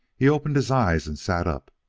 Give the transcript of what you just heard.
he opened his eyes and sat up,